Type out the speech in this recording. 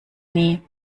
nie